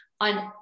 on